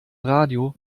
radio